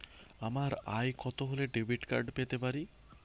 আমার আয় কত হলে ডেবিট কার্ড পেতে পারি?